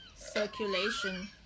circulation